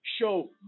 show